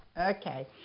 Okay